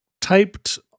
typed